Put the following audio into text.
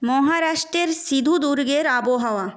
মহারাষ্ট্রের সিধু দূর্গের আবহাওয়া